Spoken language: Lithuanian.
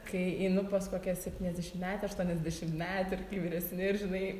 kai einu pas kokią septyniasdešimtmetę aštuoniasdešimtmetį ir kai vyresni ir žinai